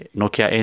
Nokia